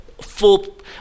full